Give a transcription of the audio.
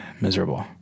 miserable